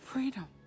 Freedom